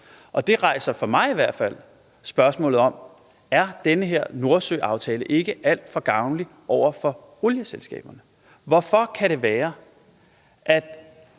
Og det rejser i hvert fald for mig spørgsmålet: Er den her Nordsøaftale ikke alt for gavnlig over for olieselskaberne? Hvordan kan det være, at